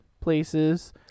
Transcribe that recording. places